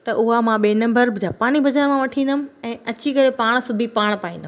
त उहा मां ॿिए नंबर जापानी बज़ार मां वठी ईंदमि ऐं अची करे पाण सिबी पाण पाईंदमि